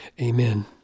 Amen